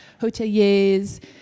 hoteliers